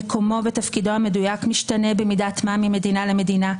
מקומו ותפקידו המדויק משתנה במידת מה ממדינה למדינה,